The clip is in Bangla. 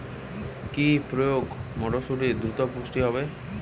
কি প্রয়োগে মটরসুটি দ্রুত পুষ্ট হবে?